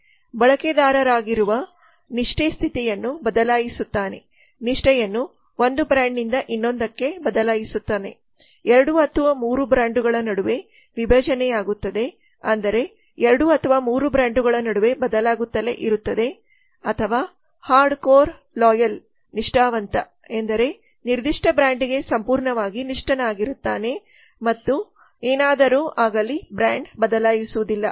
ಬಳಕೆದಾರರಾಗಿರುವ loyalty ನಿಷ್ಠೆ ಸ್ಥಿತಿಯನ್ನುಬದಲಾಯಿಸುತ್ತಾನೆ ನಿಷ್ಠೆಯನ್ನು ಒಂದು ಬ್ರಾಂಡ್ನಿಂದ ಇನ್ನೊಂದಕ್ಕೆ ಬದಲಾಯಿಸುತ್ತದೆ 2 ಅಥವಾ 3 ಬ್ರಾಂಡ್ಗಳ ನಡುವೆ ವಿಭಜನೆಯಾಗುತ್ತದೆ ಅಂದರೆ 2 ಅಥವಾ 3 ಬ್ರಾಂಡ್ಗಳ ನಡುವೆ ಬದಲಾಗುತ್ತಲೇ ಇರುತ್ತದೆ ಅಥವಾ ಹಾರ್ಡ್ ಕೋರ್ ಲಾಯಲ್ ನಿಷ್ಠಾವಂತ ಎಂದರೆ ನಿರ್ದಿಷ್ಟ ಬ್ರ್ಯಾಂಡ್ಗೆ ಸಂಪೂರ್ಣವಾಗಿ ನಿಷ್ಠನಾಗಿರುತ್ತಾನೆ ಮತ್ತು ಏನಾದರು ಬ್ರ್ಯಾಂಡ್ ಬದಲಾಯಿಸುವುದಿಲ್ಲ